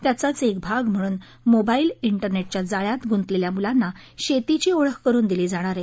त्याचाच एक भाग म्हणून मोबाईल इन्उनेउया जाळ्यात गुंतलेल्या मुलांना शेतीची ओळख करून दिली जाणार आहे